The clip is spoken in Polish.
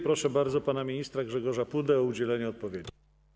Proszę bardzo pana ministra Grzegorza Pudę o udzielenie odpowiedzi.